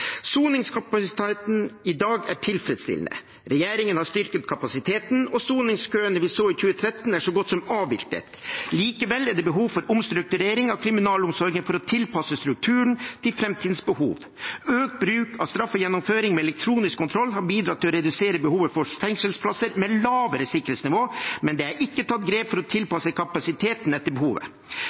Soningskapasiteten i dag er tilfredsstillende. Regjeringen har styrket kapasiteten, og soningskøene vi så i 2013, er så godt som avviklet. Likevel er det behov for omstrukturering av kriminalomsorgen for å tilpasse strukturen til framtidens behov. Økt bruk av straffegjennomføring med elektronisk kontroll har bidratt til å redusere behovet for fengselsplasser med lavere sikkerhetsnivå, men det er ikke tatt grep for å tilpasse kapasiteten etter behovet.